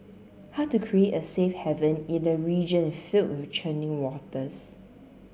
how to create a safe haven in a region filled with churning waters